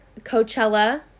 Coachella